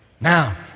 now